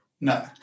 No